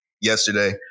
yesterday